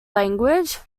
language